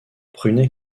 prunay